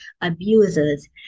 abusers